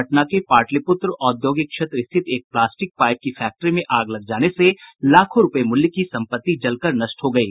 पटना के पाटलिपुत्र औद्योगिक क्षेत्र स्थित एक प्लास्टिक पाईप की फैक्ट्री में आग लग जाने से लाखों रूपये मूल्य की संपत्ति जलकर नष्ट हो गयी